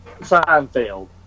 Seinfeld